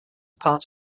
part